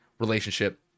relationship